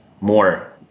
more